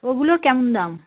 ওগুলো কেমন দাম